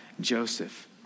Joseph